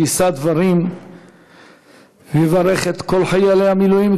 שיישא דברים ויברך את כל חיילי המילואים.